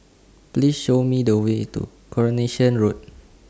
Please Show Me The Way to Coronation Road